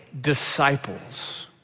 disciples